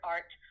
Art